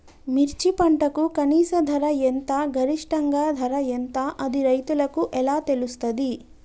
మిర్చి పంటకు కనీస ధర ఎంత గరిష్టంగా ధర ఎంత అది రైతులకు ఎలా తెలుస్తది?